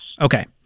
Okay